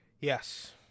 Yes